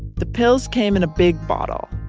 the pills came in a big bottle.